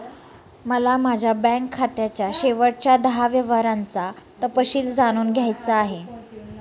मला माझ्या बँक खात्याच्या शेवटच्या दहा व्यवहारांचा तपशील जाणून घ्यायचा आहे